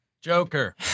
Joker